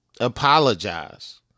apologize